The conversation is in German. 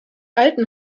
alten